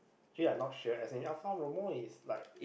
actually I not sure as in Alfa-Romeo is like